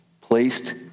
placed